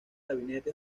gabinete